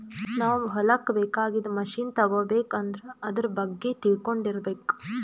ನಾವ್ ಹೊಲಕ್ಕ್ ಬೇಕಾಗಿದ್ದ್ ಮಷಿನ್ ತಗೋಬೇಕ್ ಅಂದ್ರ ಆದ್ರ ಬಗ್ಗೆ ತಿಳ್ಕೊಂಡಿರ್ಬೇಕ್